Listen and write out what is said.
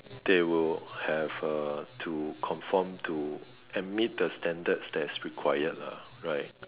they will have uh to confirm to admit the standards that's required right